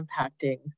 impacting